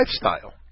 lifestyle